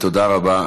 תודה רבה.